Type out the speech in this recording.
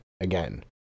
again